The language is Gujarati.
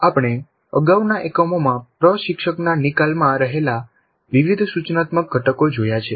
આપણે અગાઉના એકમોમાં પ્રશિક્ષકના નિકાલમાં રહેલા વિવિધ સૂચનાત્મક ઘટકો જોયા છે